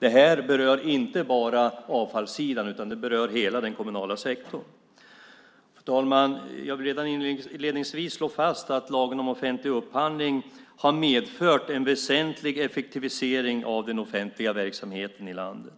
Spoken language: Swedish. Det här berör inte bara avfallssidan, utan hela den kommunala sektorn. Jag vill redan inledningsvis slå fast att lagen om offentlig upphandling har medfört en väsentlig effektivisering av den offentliga verksamheten i landet.